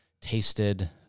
tasted